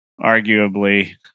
arguably